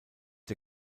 der